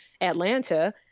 Atlanta